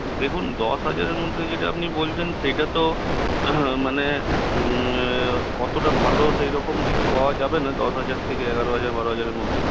দেখুন দশ হাজারের মধ্যে যেটা আপনি বলছেন সেটা তো মানে অতটা ভালো সেইরকম কিছু পাওয়া যাবে না দশ হাজার থেকে এগারো হাজার বারো হাজারের মধ্যে